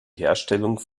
herstellung